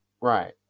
Right